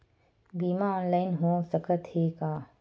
बीमा ऑनलाइन हो सकत हे का?